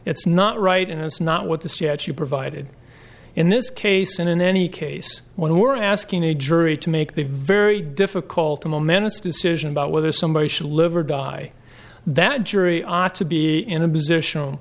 it's not right and it's not what the statute provided in this case and in any case when we're asking a jury to make the very difficult a momentous decision about whether somebody should live or die that jury ought to be in a position